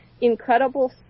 incredible